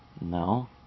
No